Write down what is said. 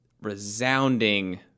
resounding